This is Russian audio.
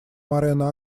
морено